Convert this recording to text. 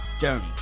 journey